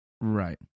Right